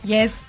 Yes